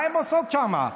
מה הן עושות שם?